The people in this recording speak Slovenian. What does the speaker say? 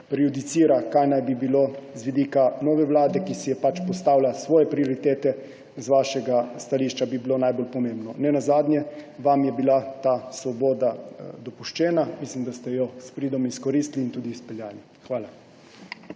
kaj naj bi bilo z vidika nove vlade, ki si je postavila svoje prioritete, z vašega stališča najbolj pomembno. Ne nazadnje je vam bila ta svoboda dopuščena. Mislim, da ste jo s pridom izkoristili in tudi izpeljali. Hvala.